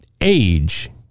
Age